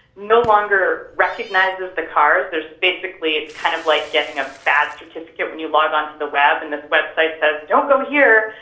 no longer recognises the cars, there's basically it's kind of like getting a bad certificate when you log on to the web, and the website says, don't go here,